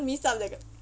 miss out the